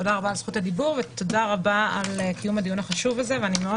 תודה רבה על זכות הדיבור ותודה רבה על קיום הדיון החשוב הזה ואני מאוד